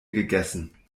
gegessen